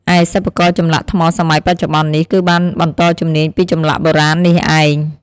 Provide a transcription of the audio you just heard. ឯសិប្បករចម្លាក់ថ្មសម័យបច្ចុប្បន្ននេះ គឺបានបន្តជំនាញពីចម្លាក់បុរាណនេះឯង។